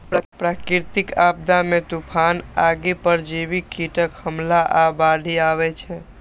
प्राकृतिक आपदा मे तूफान, आगि, परजीवी कीटक हमला आ बाढ़ि अबै छै